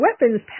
weapons